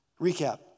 Recap